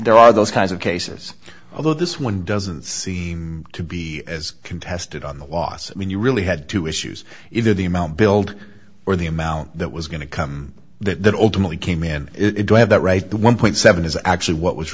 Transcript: there are those kinds of cases although this one doesn't seem to be as contested on the los i mean you really had two issues either the amount billed or the amount that was going to come that that ultimately came in it to have that right the one seven is actually what was